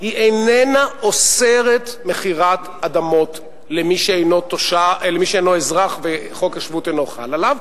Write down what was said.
היא איננה אוסרת מכירת אדמות למי שאינו אזרח וחוק השבות אינו חל עליו,